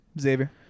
Xavier